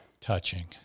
Touching